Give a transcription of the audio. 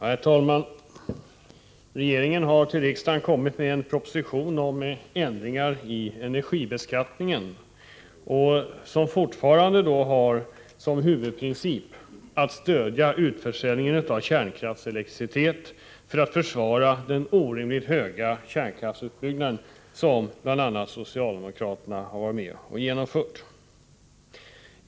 Herr talman! Regeringen har för riksdagen framlagt en proposition om ändringar i energibeskattningen. Regeringens huvudprincip är fortfarande att stödja utförsäljningen av kärnkraftselektricitet för att försvara den orimligt höga kärnkraftsutbyggnad som socialdemokraterna har varit med om att genomföra.